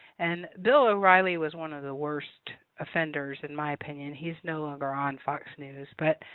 and bill o'reilly was one of the worst offenders, in my opinion. he's no longer on fox news but